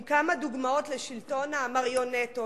עם כמה דוגמאות לשלטון המריונטות,